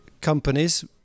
companies